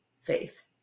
faith